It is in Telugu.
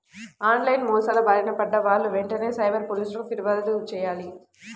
ఆన్ లైన్ మోసాల బారిన పడ్డ వాళ్ళు వెంటనే సైబర్ పోలీసులకు పిర్యాదు చెయ్యాలి